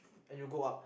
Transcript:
and you go up